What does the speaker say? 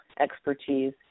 expertise